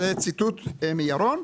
זה ציטוט מירון.